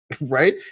Right